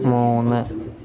മൂന്ന്